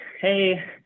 hey